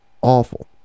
Awful